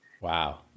Wow